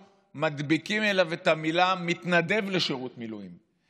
מדביקים לו את המילה "מתנדב" לשירות המילואים,